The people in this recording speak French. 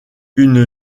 une